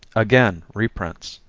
again reprints